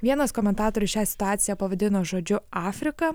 vienas komentatorius šią situaciją pavadino žodžiu afrika